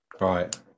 right